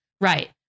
Right